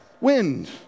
wind